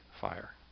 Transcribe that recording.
fire